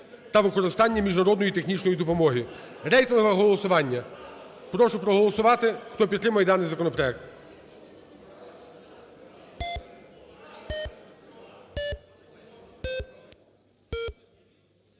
та використання міжнародної технічної допомоги. Рейтингове голосування. Прошу проголосувати, хто підтримує даний законопроект.